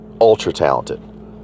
ultra-talented